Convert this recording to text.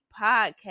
podcast